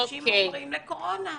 אנשים עוברים לקורונה,